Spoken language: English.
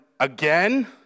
again